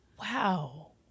Wow